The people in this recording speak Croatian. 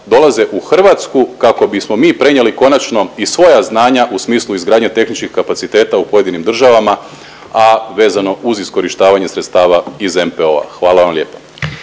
dolaze u Hrvatsku kako bismo mi prenijeli konačno i svoja znanja u smislu izgradnje tehničkih kapaciteta u pojedinim državama, a vezano uz iskorištavanje sredstava iz MPO-a. Hvala vam lijepa.